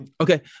Okay